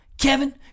Kevin